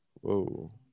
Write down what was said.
Whoa